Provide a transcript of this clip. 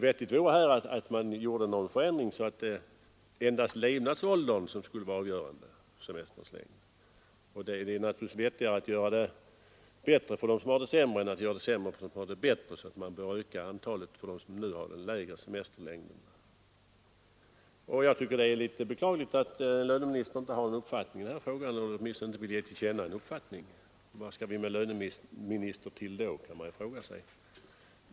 Vettigt vore att endast levnadsåldern skulle vara avgörande för semesterns längd. Det är naturligtvis rimligare att göra det bättre för dem som har det sämre än att göra det sämre för dem som har det bättre, och alltså bör man öka antalet semesterdagar för dem som nu har den kortare semestern. Jag tycker det är beklagligt att löneministern inte har en uppfattning i den här frågan — eller åtminstone inte vill ge till känna en uppfattning. Vad skall vi med en löneminister till då, kan man fråga sig.